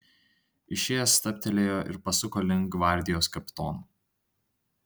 išėjęs stabtelėjo ir pasuko link gvardijos kapitono